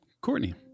Courtney